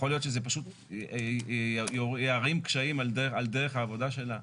יכול להיות שזה פשוט יערים קשיים על דרך העבודה שלה.